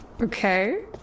Okay